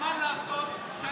מה שהם רצו מזמן לעשות.